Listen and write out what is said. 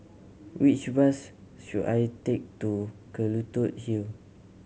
which bus should I take to Kelulut Hill